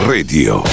Radio